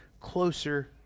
closer